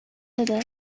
بده